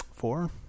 Four